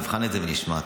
נבחן את זה ונשמע.